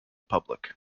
public